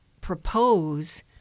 propose